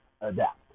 adapt